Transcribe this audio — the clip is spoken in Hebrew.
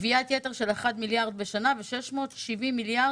גביית יתר של מיליארד בשנה ו-670 מיליון